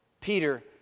Peter